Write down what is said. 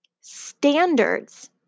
standards